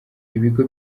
ibigo